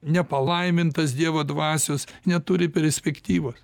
nepalaimintas dievo dvasios neturi perspektyvos